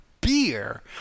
beer